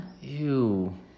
Ew